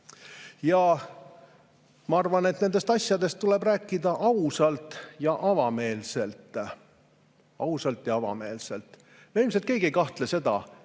arvan, et nendest asjadest tuleb rääkida ausalt ja avameelselt. Ausalt ja avameelselt! Me ilmselt keegi ei kahtle selles,